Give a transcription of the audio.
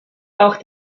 auch